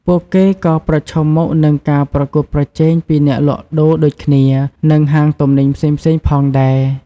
ពួកគេក៏ប្រឈមមុខនឹងការប្រកួតប្រជែងពីអ្នកលក់ដូរដូចគ្នា និងហាងទំនិញផ្សេងៗផងដែរ។